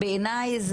בעיניי,